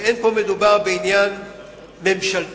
ואין מדובר פה בעניין ממשלתי,